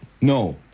no